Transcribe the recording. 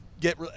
get